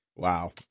Wow